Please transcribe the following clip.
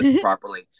properly